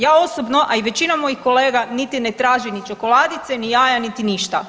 Ja osobno, a i većina mojih kolega niti ne traži ni čokoladice, ni jaja, niti ništa.